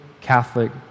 Catholic